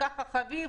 הבריכות.